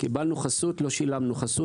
קיבלנו חסות, לא שילמנו חסות.